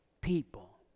people